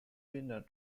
winner